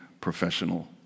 professional